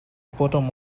bottom